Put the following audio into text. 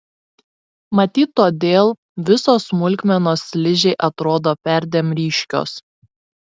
matyt todėl visos smulkmenos ližei atrodo perdėm ryškios